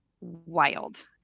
wild